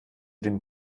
den